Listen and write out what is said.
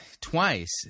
twice